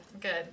Good